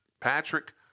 Patrick